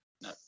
No